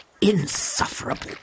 Insufferable